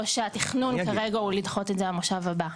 או שהתכנון כרגע הוא לדחות את זה למושב הבא?